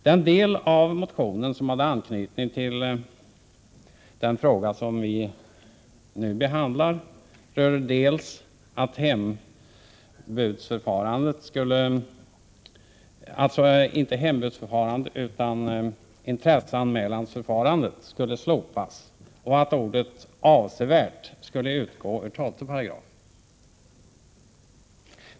Den del av motionen som hade anknytning till den fråga som vi nu behandlar rörde dels att intresseanmälansförfarandet skulle slopas, dels att ordet ”avsevärt” skulle utgå ur 12 §.